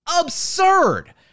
absurd